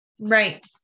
Right